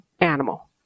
animal